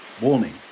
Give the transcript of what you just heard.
Warning